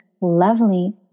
lovely